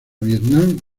vietnam